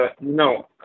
No